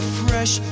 fresh